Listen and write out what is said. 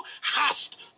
Hast